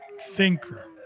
thinker